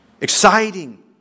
exciting